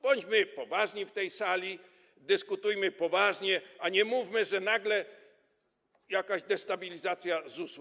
Bądźmy poważni w tej sali, dyskutujmy poważnie, a nie mówmy, że nagle nastąpi jakaś destabilizacja ZUS-u.